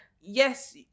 yes